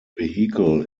vehicle